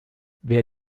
wer